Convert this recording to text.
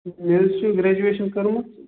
مےٚ حظ چھِ گرٛیجویشَن کٔرمٕژ